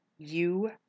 You